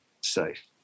safe